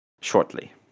shortly